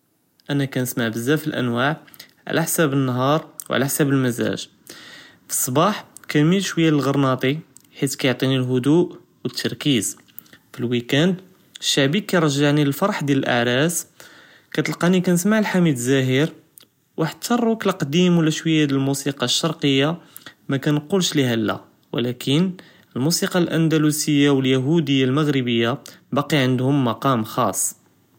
אנה כנסמע בזאף לאנואע עלא חסאב נהאר ו עלא חסאב למזאג פי צבאה כנמיל שוייא ללגרנאטי חית כיעטיני להדוא ו לטרכיז פי לוויקאנד שעבי כירזעני לפרח דיאל לאעראס כתלקאני כנסמע לחמיד זוהיר ו hatta לRock לקדים ו לא שוייא דיאל למוסיקא לשרקיה מכנכולש ליהא לא ו ולכין למוסיקא לאנדולוסיה ו ליהודיה למגרביה באקי ענדهوم מקאם ח׳אס.